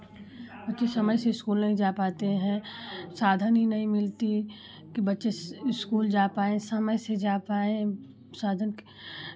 बच्चे समय से इस्कूल नहीं जा पाते हैं साधन ही नहीं मिलती कि बच्चे इस्कूल जा पाएं समय से जा पाएं साधन के